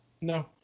no